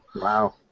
Wow